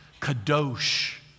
Kadosh